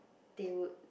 they would